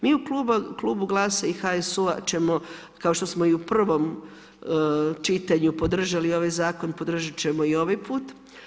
Mi u klubu GLAS-a i HSU-a ćemo kao što smo i u prvom čitanju podržali ovaj zakon, podržati ćemo i ovaj put.